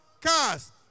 cars